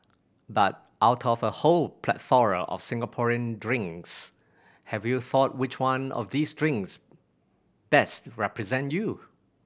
but out of a whole plethora of Singaporean drinks have you thought which one of these drinks best represent you